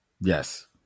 Yes